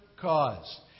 cause